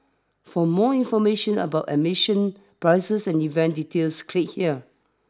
for more information about admission prices and event details click here